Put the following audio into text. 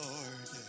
Lord